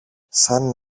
σαν